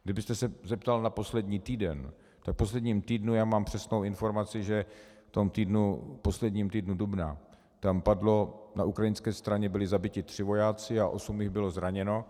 Kdybyste se zeptal na poslední týden, tak v posledním týdnu mám přesnou informaci, že v posledním týdnu dubna tam padlo na ukrajinské straně, byli zabiti tři vojáci a osm jich bylo zraněno.